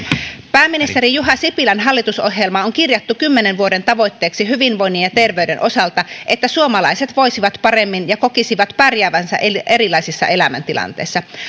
pääministeri juha sipilän hallitusohjelmaan on kirjattu kymmenen vuoden tavoitteeksi hyvinvoinnin ja terveyden osalta että suomalaiset voisivat paremmin ja kokisivat pärjäävänsä erilaisissa elämäntilanteissa